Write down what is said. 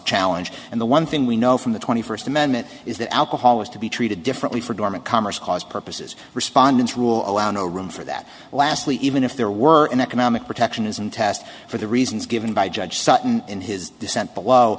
challenge and the one thing we know from the twenty first amendment is that alcohol is to be treated differently for dormant commerce clause purposes respondants rule no room for that lastly even if there were an economic protectionism test for the reasons given by judge sutton in his dissent below